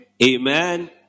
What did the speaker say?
Amen